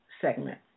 segment